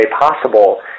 possible